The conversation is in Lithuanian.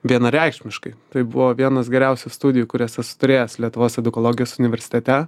vienareikšmiškai tai buvo vienos geriausių studijų kurias esu turėjęs lietuvos edukologijos universitete